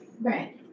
right